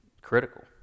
critical